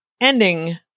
ending